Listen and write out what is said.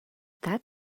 that